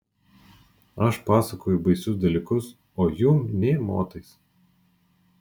aš pasakoju baisius dalykus o jum nė motais